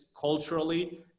culturally